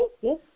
Yes